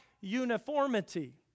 uniformity